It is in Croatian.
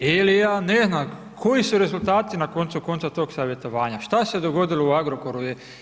Ili, ja ne znam, koji su rezultati na koncu konca tog savjetovanja, šta se dogodilo u Agrokoru?